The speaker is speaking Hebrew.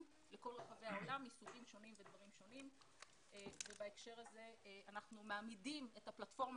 לכל רחבי העולם ובהקשר הזה אנחנו מעמידים את הפלטפורמה